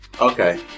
Okay